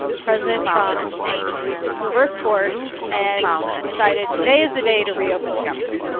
president trump reversed course and decided today is the day to reopen the government?